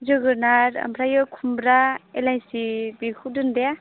जोगोनार ओमफ्राय खुमब्रा एलायसि बेखौ दोन दे